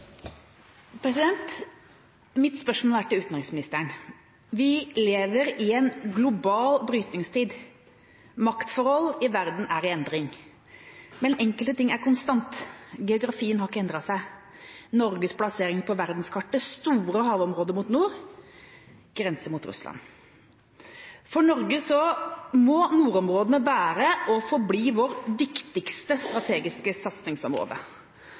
til utenriksministeren. Vi lever i en global brytningstid. Maktforhold i verden er i endring. Men enkelte ting er konstant. Geografien har ikke endret seg, Norges plassering på verdenskartet: store havområder mot nord, grense mot Russland. For Norge må nordområdene være og forbli vårt viktigste strategiske satsingsområde.